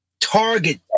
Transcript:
target